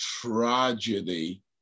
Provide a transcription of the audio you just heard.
tragedy